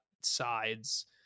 sides